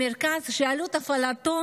מרכז שעלות הפעלתו